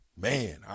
man